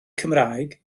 cymraeg